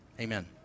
amen